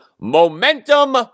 momentum